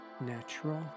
natural